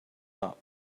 top